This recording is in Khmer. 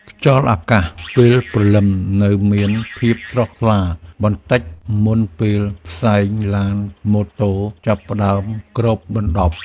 ខ្យល់អាកាសពេលព្រលឹមនៅមានភាពស្រស់ថ្លាបន្តិច មុនពេលផ្សែងឡានម៉ូតូចាប់ផ្ដើមគ្របដណ្ដប់។